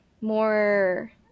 more